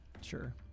Sure